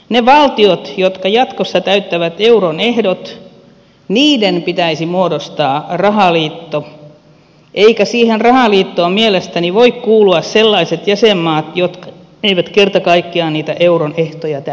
niiden valtioiden jotka jatkossa täyttävät euron ehdot pitäisi muodostaa rahaliitto eivätkä siihen rahaliittoon mielestäni voi kuulua sellaiset jäsenmaat jotka eivät kerta kaikkiaan niitä euron ehtoja täytä